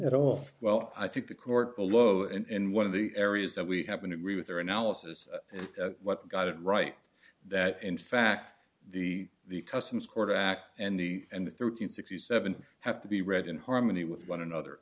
at all well i think the court below and one of the areas that we happen to agree with their analysis and what got it right that in fact the the customs quarter act and the and the three hundred sixty seven have to be read in harmony with one another